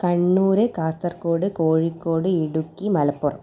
Kannur Kasaragod Kozhikode Idukki Malappuram